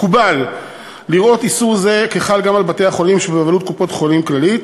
מקובל לראות איסור זה כחל גם על בתי-החולים שבבעלות קופת-חולים כללית.